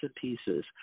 pieces